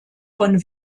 von